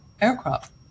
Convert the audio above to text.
aircraft